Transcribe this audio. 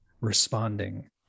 responding